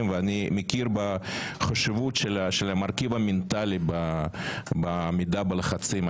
ואני מכיר בחשיבות של המרכיב המנטלי בעמידה בלחצים.